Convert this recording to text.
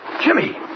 Jimmy